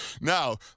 Now